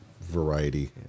variety